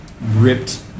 ripped